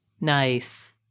Nice